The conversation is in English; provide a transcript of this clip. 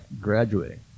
graduating